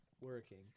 working